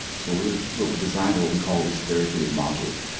so ah what we designed are what we call these therapeutic modules,